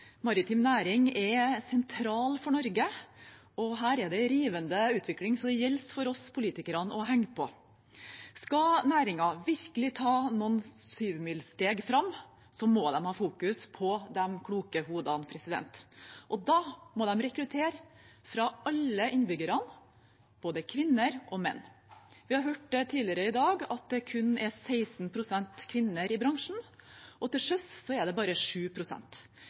rivende utvikling, så det gjelder for oss politikere å henge på. Skal næringen virkelig ta noen syvmilssteg fram, må den ha fokus på de kloke hodene. Da må den rekruttere fra alle innbyggerne, både kvinner og menn. Vi har hørt tidligere i dag at det kun er 16 pst. kvinner i bransjen, og til sjøs er det bare